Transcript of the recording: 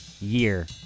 year